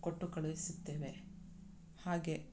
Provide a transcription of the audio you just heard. ಕೊಟ್ಟು ಕಳುಹಿಸುತ್ತೇವೆ ಹಾಗೆ